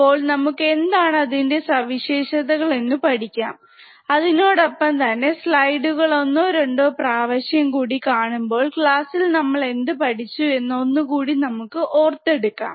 അപ്പോൾ നമുക്ക് എന്താണ് അതിൻറെ സവിശേഷതകൾ എന്നു പഠിക്കാം അതിനോടൊപ്പം തന്നെ സ്ലൈഡുകൾ ഒന്നോ രണ്ടോ പ്രാവശ്യം കൂടി കാണുമ്പോൾ ക്ലാസ്സിൽ നമ്മൾ എന്തു പഠിച്ചു എന്നു ഒന്നുകൂടി നമുക്ക് ഓർത്തെടുക്കാം